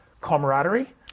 camaraderie